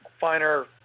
finer